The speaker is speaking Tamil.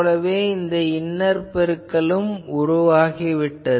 ஆகவே இன்னர் பெருக்கல் உருவாகிவிட்டது